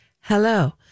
Hello